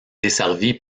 desservie